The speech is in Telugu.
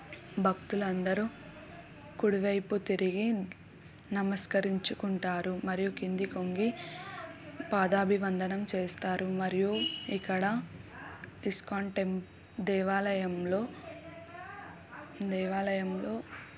భక్తులు అందరూ కుడివైపు తిరిగి నమస్కరించుకుంటారు మరియు కిందికి వంగి పాదాభివందనం చేస్తారు మరియు ఇక్కడ ఇస్కాన్ టెం దేవాలయంలో దేవాలయంలో